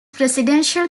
presidential